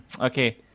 Okay